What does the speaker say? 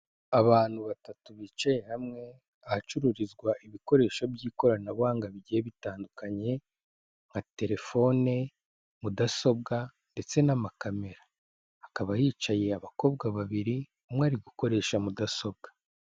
Abantu batatu bicaye hamwe, ahacururizwa ibikoresho by'ikoranabuhanga bigiye bitandukanye nka telefone, mudasobwa ndetse n'amakamera, hakaba hicaye abakobwa babiri, umwe ari gukoresha mudasobwa.